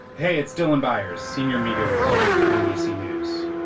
hey, it's dylan byers, senior media reporter for nbc news.